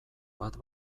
bat